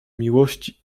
miłości